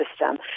system